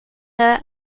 her